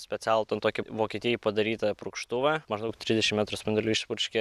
specialų ten tokį vokietijoj padarytą purkštuvą maždaug trisdešimt metrų spinduliu išpurški